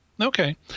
Okay